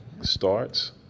starts